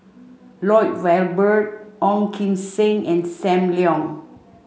Lloyd Valberg Ong Kim Seng and Sam Leong